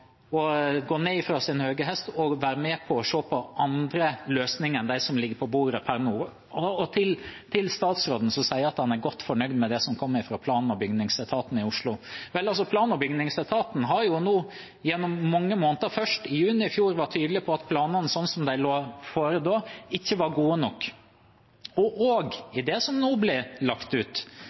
gå ned fra sin høye hest og være med og se på andre løsninger enn de som ligger på bordet per nå. Til statsråden, som sier at han er godt fornøyd med det som kom fra plan- og bygningsetaten i Oslo: Plan og bygningsetaten har nå gjennom mange måneder, først i juni i fjor, vært tydelig på at planene slik de da forelå, ikke var gode nok. Også det som nå ble lagt ut,